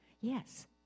Yes